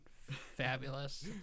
fabulous